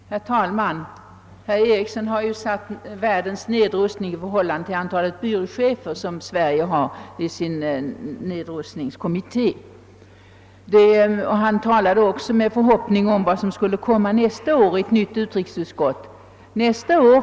Herr talman! Herr Ericson i Örebro har satt världens nedrustning i förhållande till det antal byråchefer, som Sverige har i sin nedrustningskommitté. Han ställer också sina förhoppningar till vad ett nytt utrikesutskott skall komma att medföra nästa år.